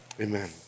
Amen